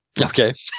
Okay